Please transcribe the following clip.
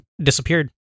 disappeared